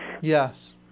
Yes